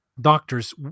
doctors